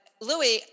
Louis